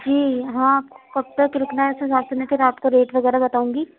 جی ہاں کب تک رُکنا اِس حساب سے میں سر آپ کو ریٹ وغیرہ بتاؤں گی